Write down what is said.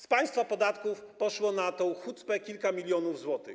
Z państwa podatków poszło na tę hucpę kilka milionów złotych.